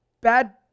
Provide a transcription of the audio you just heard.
bad